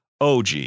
OG